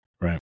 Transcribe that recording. right